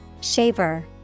Shaver